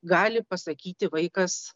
gali pasakyti vaikas